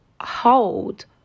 hold